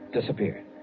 disappeared